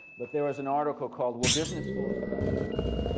but there is an article called will business schools go out of business?